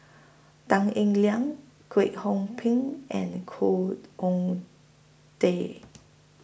Tan Eng Liang Kwek Hong Png and Khoo Oon Teik